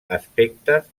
aspectes